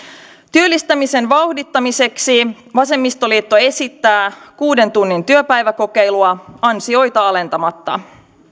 työllistämisen vauhdittamiseksi vasemmistoliitto esittää kuuden tunnin työpäiväkokeilua ansioita alentamatta